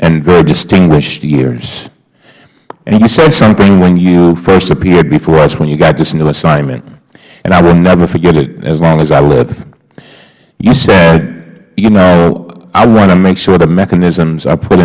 and very distinguished years you said something when you first appeared before us when you got this new assignment and i will never forget it as long as i live you said you know i want to make sure the mechanisms are put